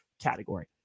category